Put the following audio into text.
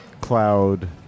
Cloud